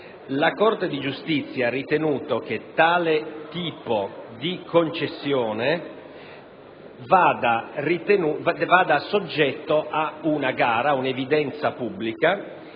La Corte di giustizia ha ritenuto che tale tipo di concessione vada soggetta ad una gara, ad una evidenza pubblica,